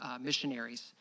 missionaries